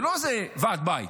זה לא איזה ועד בית.